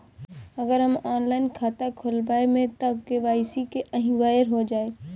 अगर हम ऑनलाइन खाता खोलबायेम त के.वाइ.सी ओहि बेर हो जाई